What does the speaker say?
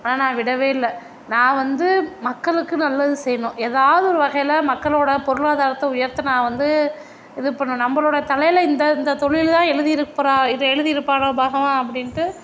ஆனால் நான் விடவே இல்லை நான் வந்து மக்களுக்கு நல்லது செய்யிணும் எதாவது ஒரு வகையில் மக்களோட பொருளாதாரத்தை உயர்த்த நான் வந்து இது பண்ணும் நம்பளோட தலையில் இந்த இந்த தொழிலுதான் எழுதி இதை எழுதி இருப்பானோ பகவான் அப்படின்ட்டு